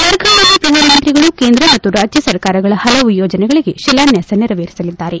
ಜಾರ್ಖಂಡ್ನಲ್ಲಿ ಪ್ರಧಾನಮಂತ್ರಿಗಳು ಕೇಂದ್ರ ಮತ್ತು ರಾಜ್ವ ಸರ್ಕಾರಗಳ ಹಲವು ಯೋಜನೆಗಳಿಗೆ ಶಿಲಾನ್ವಾಸ ನೆರವೇರಿಸಲಿದ್ದಾರೆ